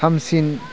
हामसिन